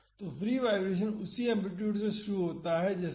तो free vibration उसी amplitude से शुरू होता है जैसे यह